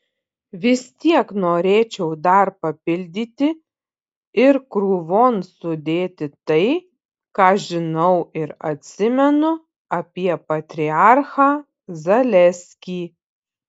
vis tiek norėčiau dar papildyti ir krūvon sudėti tai ką žinau ir atsimenu apie patriarchą zaleskį